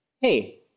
hey